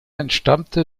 entstammte